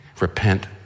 Repent